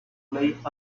late